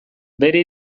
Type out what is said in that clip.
bere